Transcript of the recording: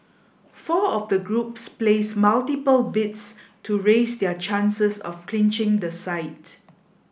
four of the groups placed multiple bids to raise their chances of clinching the site